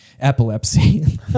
epilepsy